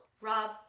Rob